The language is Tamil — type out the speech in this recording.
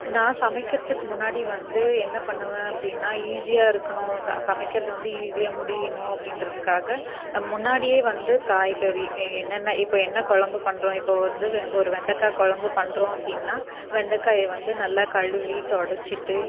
நான் சமைக்கிறதுக்கு முன்னாடி வந்து என்ன பண்ணுவேன் அப்படின்னா ஈஸியாக இருக்கணும் சமைக்கிறது வந்து ஈஸியாக முடியணும் அப்படின்றதுக்காக நான் முன்னாடியே வந்து காய்கறி என்னென்ன இப்போ என்ன குழம்பு பண்ணுறோம் இப்போது வந்து ஒரு வெண்டைக்கா குழம்பு பண்ணுறோம் அப்படின்னா வெண்டைக்காய வந்து நல்லா கழுவி தொடச்சுட்டு